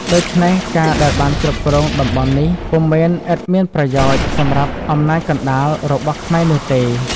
ដូច្នេះការ ដែលបានគ្រប់គ្រងតំបន់នេះ ពុំមែនឥតមានអត្ថប្រយោជន៍សម្រាប់អំណាចកណ្តាលរបស់ខ្មែរនោះទេ។